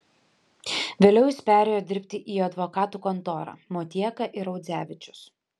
vėliau jis perėjo dirbti į advokatų kontorą motieka ir audzevičius